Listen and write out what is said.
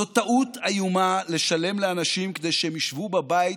זאת טעות איומה לשלם לאנשים כדי שהם ישבו בבית